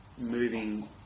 moving